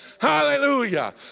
hallelujah